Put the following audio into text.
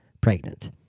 pregnant